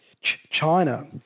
China